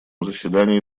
заседании